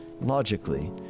logically